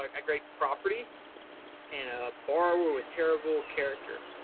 um a great property and a borrower with terrible character,